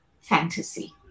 fantasy